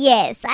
Yes